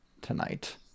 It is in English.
tonight